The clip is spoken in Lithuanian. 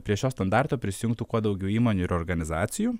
prie šio standarto prisijungtų kuo daugiau įmonių ir organizacijų